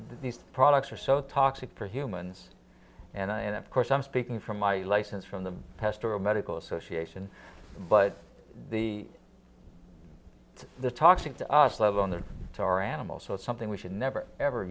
these products are so toxic for humans and i and of course i'm speaking from my license from the pastoral medical association but the the toxic to us level on the to our animal so something we should never ever